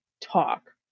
talk